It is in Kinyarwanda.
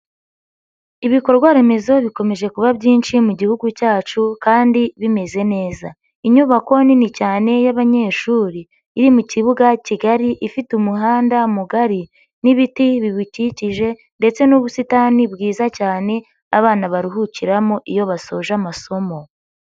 Ibikorwa remezo bikomeje kuba byinshi mu gihugu cyacu kandi bimeze neza. Inyubako nini cyane y'abanyeshuri iri mu kibuga kigari ifite umuhanda mugari n'ibiti biwukikije ndetse n'ubusitani bwiza cyane abana baruhukiramo iyo basoje amasomo.